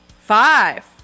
Five